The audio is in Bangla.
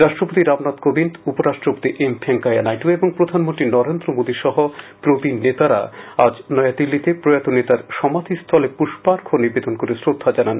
রাষ্ট্রপতি রামনাথ কোবিন্দ উপ রাষ্ট্রপতি এম ভেঙ্কাইয়া নাইডু এবং প্রধানমন্ত্রী নরেন্দ্র মোদি সহ প্রবীণ নেতারা আজ নয়াদিল্লিতে প্রয়াত নেতার সমাধিস্থলে পুষ্পার্ঘ নিবেদন করে শ্রদ্ধা জানান